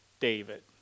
David